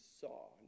saw